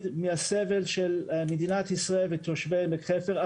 מהסבל של מדינת ישראל ותושבי עמק חפר,